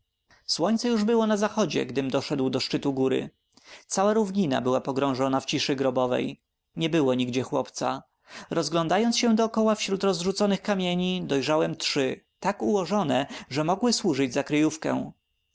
słońce już było na zachodzie gdym doszedł do szczytu góry cała równina była pogrążona w ciszy grobowej nie było nigdzie chłopca rozglądając się dokoła wśród rozrzuconych kamieni dojrzałem trzy tak ułożone że mogły służyć za kryjówkę